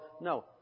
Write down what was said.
No